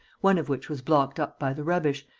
one of which was blocked up by the rubbish,